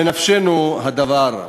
בנפשנו הדבר.